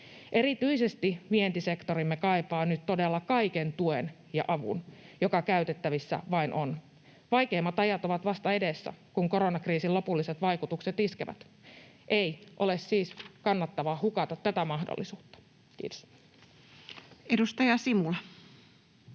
Erityisesti vientisektorimme kaipaa nyt todella kaiken tuen ja avun, joka käytettävissä vain on. Vaikeimmat ajat ovat vasta edessä, kun koronakriisin lopulliset vaikutukset iskevät. Ei ole siis kannattavaa hukata tätä mahdollisuutta. — Kiitos. [Speech